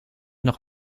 nog